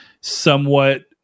somewhat